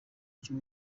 cyo